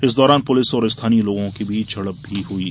इस दौरान पुलिस और स्थानीय लोगों के बीच झड़प हुई थी